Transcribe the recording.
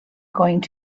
gonna